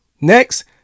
next